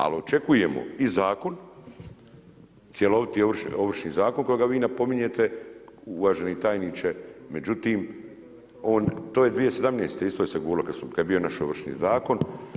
Ali očekujemo i zakon cjeloviti Ovršni zakon kojega vi napominjete uvaženi tajniče, međutim to se 2017. isto govorilo kada je bio naš Ovršni zakon.